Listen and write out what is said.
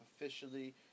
officially